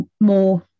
more